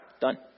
Done